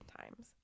times